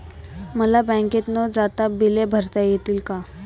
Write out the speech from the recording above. मला बँकेत न जाता बिले भरता येतील का?